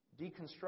deconstruct